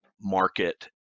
market